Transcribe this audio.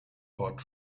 hot